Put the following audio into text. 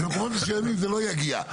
ובמקומות מסוימים זה לא יגיע,